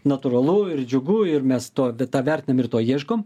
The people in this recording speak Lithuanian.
natūralu ir džiugu ir mes to tą vertinam ir to ieškom